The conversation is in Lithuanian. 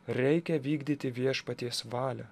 reikia vykdyti viešpaties valią